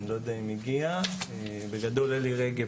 אני לא יודע אם הוא הגיע, אבל אלי רגב